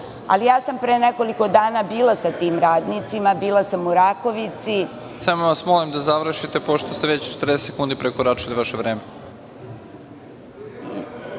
ali ja sam pre nekoliko dana bila sa tim radnicima, bila sam u Rakovici,(Predsednik: Samo vas molim da završite pošto ste već 40 sekundi prekoračili vaše vreme.)Želim